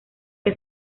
que